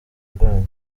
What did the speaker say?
rwanyu